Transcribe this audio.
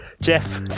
Jeff